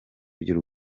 by’u